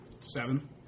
Seven